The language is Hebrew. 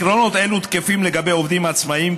עקרונות אלו תקפים לגבי עובדים עצמאים